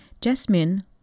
Jasmine